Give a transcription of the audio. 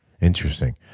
Interesting